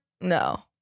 No